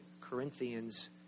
Corinthians